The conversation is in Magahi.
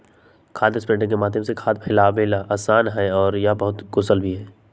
खाद स्प्रेडर के माध्यम से खाद फैलावे ला आसान हई और यह बहुत कुशल भी हई